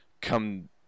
Come